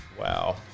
Wow